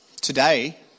today